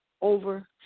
over